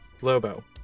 Lobo